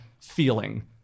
feeling